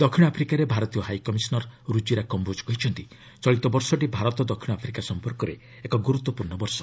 ଦକ୍ଷିଣ ଆଫ୍ରିକାରେ ଭାରତୀୟ ହାଇ କମିଶନର୍ ରୁଚିରା କମ୍ୟୋକ କହିଛନ୍ତି ଚଳିତ ବର୍ଷଟି ଭାରତ ଦକ୍ଷିଣ ଆଫ୍ରିକା ସମ୍ପର୍କରେ ଏକ ଗୁରୁତ୍ୱପୂର୍ଣ୍ଣ ବର୍ଷ